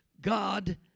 God